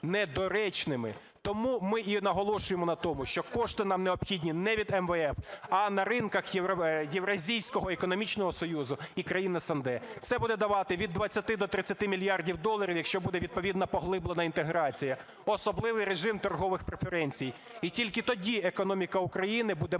Тому ми і наголошуємо на тому, що кошти нам необхідні не від МВФ, а на ринках Євразійського економічного союзу і країн СНД. Це буде давати від 20 до 30 мільярдів доларів, якщо буде відповідно поглиблена інтеграція, особливий режим торгових преференцій. І тільки тоді економіка України буде мати